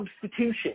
substitution